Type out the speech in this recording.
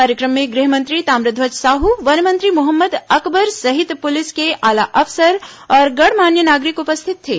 कार्यक्रम में गृहमंत्री ताम्रध्यज साहू वन मंत्री मोहम्मद अकबर सहित पुलिस के आला अफसर और गणमान्य नागरिक उपस्थित थे